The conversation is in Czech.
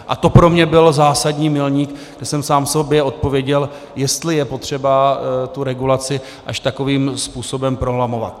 A to pro mě byl zásadní milník, kdy jsem sám sobě odpověděl, jestli je potřeba tu regulaci až takovým způsobem prolamovat.